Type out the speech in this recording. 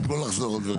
רק לא לחזור על הדברים.